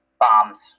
bombs